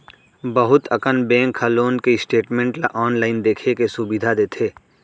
बहुत अकन बेंक ह लोन के स्टेटमेंट ल आनलाइन देखे के सुभीता देथे